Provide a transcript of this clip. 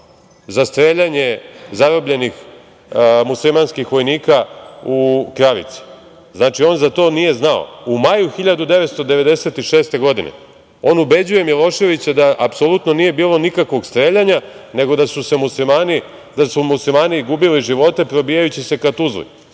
za streljanje zarobljenih muslimanskih vojnika u Kravici. Znači, on za to nije znao. U maju 1996. godine on ubeđuje Miloševića da apsolutno nije bilo nikakvog streljanja, nego da su muslimani gubili živote probijajući se ka Tuzli,